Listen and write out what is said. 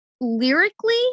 lyrically